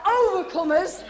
overcomers